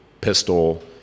pistol